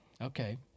Okay